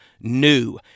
new